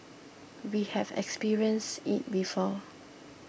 we have experienced it before